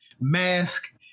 mask